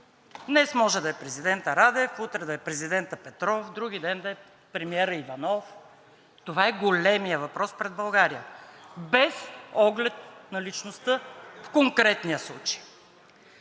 Днес може да е президентът Радев, утре да е президентът Петров, вдругиден да е премиерът Иванов. Това е големият въпрос пред България – без оглед на личността в конкретния случай.